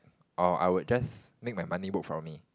or I would just make my money work for me